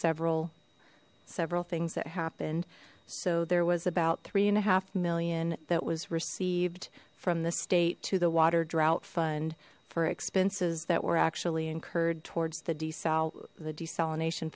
several several things that happened so there was about three and a half million that was received from the state to the water drought fund for expenses that were actually incurred towards the